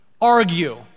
argue